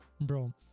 bro